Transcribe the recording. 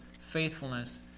faithfulness